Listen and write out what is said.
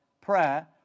prayer